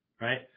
right